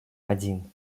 один